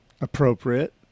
appropriate